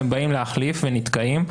והם באים להחליף ונתקעים,